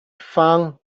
found